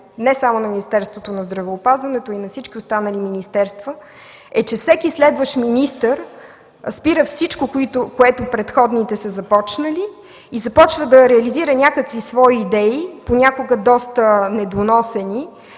не само на Министерството на здравеопазването, но и на всички останали министерства, е, че всеки следващ министър спира всичко, което предходните са започнали и започва да реализира някакви свои идеи, понякога доста недоносени,